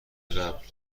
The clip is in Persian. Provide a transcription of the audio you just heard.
قبل